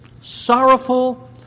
sorrowful